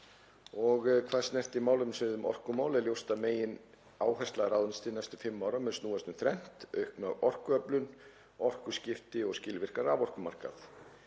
Hvað snertir málefnasvið um orkumál er ljóst að megináhersla ráðuneytisins til næstu fimm ára mun snúast um þrennt; aukna orkuöflun, orkuskipti og skilvirkan raforkumarkað.